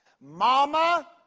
Mama